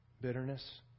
bitterness